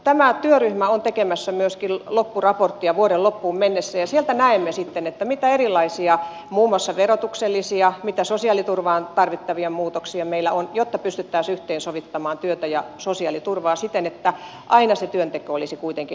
tämä työryhmä on tekemässä loppuraporttia vuoden loppuun mennessä ja sieltä näemme sitten muun muassa mitä verotuksellisia mitä sosiaaliturvaan liittyviä muutoksia tarvitaan jotta pystyttäisiin yhteensovittamaan työtä ja sosiaaliturvaa siten että aina se työnteko olisi kuitenkin kannattavampaa